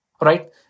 right